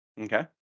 Okay